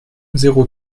zéro